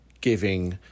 giving